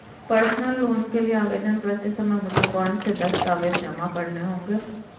Personal loan के लिए आवेदन करते समय मुझे कौन से दस्तावेज़ जमा करने होंगे?